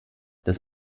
das